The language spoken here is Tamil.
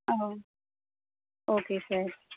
ah okay sir